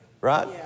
Right